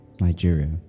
Nigeria